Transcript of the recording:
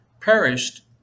perished